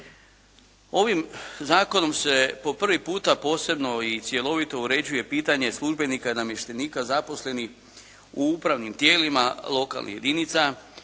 Ovim zakonom se po prvi puta posebno i cjelovito uređuje pitanje službenika i namještenika zaposlenih u upravnim tijelima lokalnih jedinica